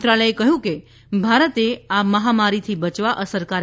મંત્રાલયે કહયું કે ભારતે આ મહામારીથી બચવા અસરકારક તા